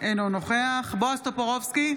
אינו נוכח בועז טופורובסקי,